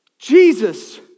Jesus